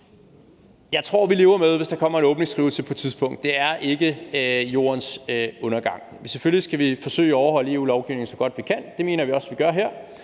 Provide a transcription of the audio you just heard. Jeg tror, vi lever med det, hvis der kommer en åbningsskrivelse på et tidspunkt. Det er ikke jordens undergang. Selvfølgelig skal vi forsøge at overholde EU-lovgivningen så godt, vi kan, og det mener vi også at vi gør her,